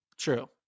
true